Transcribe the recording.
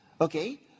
Okay